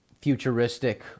futuristic